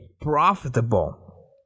profitable